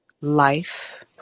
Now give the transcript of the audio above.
life